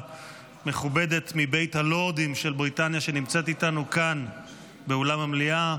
מכובדת מבית הלורדים של בריטניה שנמצאת איתנו כאן באולם המליאה.